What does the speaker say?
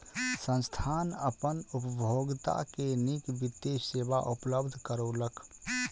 संस्थान अपन उपभोगता के नीक वित्तीय सेवा उपलब्ध करौलक